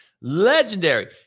Legendary